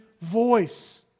voice